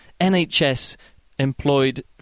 NHS-employed